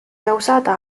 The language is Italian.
causata